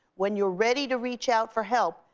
when you're ready to reach out for help,